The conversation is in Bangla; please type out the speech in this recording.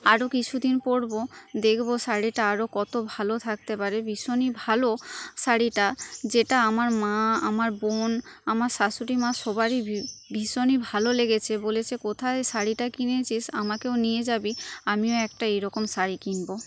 আরও কিছু দিন পরবো দেখবো শাড়িটা আরও কত ভালো থাকতে পারে ভীষণই ভালো শাড়িটা যেটা আমার মা আমার বোন আমার শাশুড়ি মা সবারই ভীষণই ভালো লেগেছে বলেছে কোথায় শাড়িটা কিনেছিস আমাকেও নিয়ে যাবি আমিও একটা এই রকম শাড়ি কিনবো